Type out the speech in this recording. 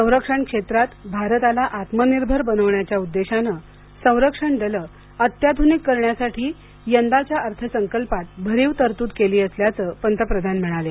संरक्षण क्षेत्रात भारताला आत्मनिर्भर बनवण्याच्या उद्देशानंसंरक्षण दलं अत्याधुनिक करण्यासाठी यंदाच्या अर्थसंकल्पात भरीव तरतूद केली असल्याचं पंतप्रधान म्हणाले